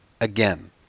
again